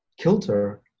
kilter